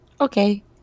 okay